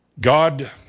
God